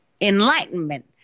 enlightenment